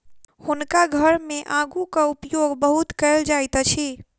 हुनका घर मे आड़ूक उपयोग बहुत कयल जाइत अछि